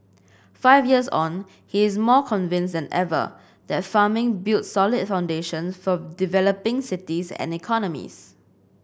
five years on he is more convinced than ever that farming builds solid foundations for developing cities and economies